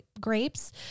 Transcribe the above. grapes